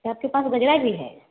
तो आपके पास गजरा भी है